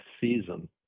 season